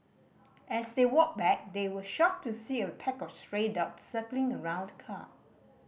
as they walked back they were shocked to see a pack of stray dogs circling around the car